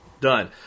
done